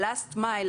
ה-last mile,